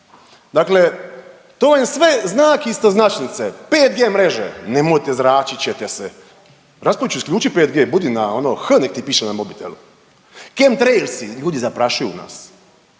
Dakle, to vam je sve znak istoznačnice 5G mreže, nemojte zračit ćete se. Raspudiću isključi 5G budi na ono H nek ti piše na mobitelu. Cant raise ljudi zaprašuju nas,